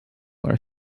are